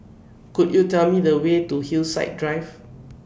Could YOU Tell Me The Way to Hillside Drive